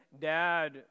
dad